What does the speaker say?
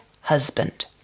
husband